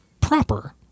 proper